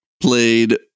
played